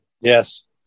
Yes